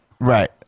Right